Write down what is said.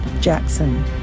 Jackson